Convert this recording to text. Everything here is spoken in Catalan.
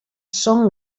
són